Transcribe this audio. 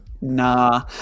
Nah